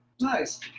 Nice